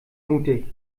mutig